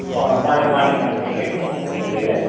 ꯑꯥ ꯃꯥꯅꯤ ꯃꯥꯅꯤ ꯃꯥꯅꯤ ꯍꯥꯏꯔꯤꯔꯣ ꯀꯔꯤ ꯂꯩꯔꯦ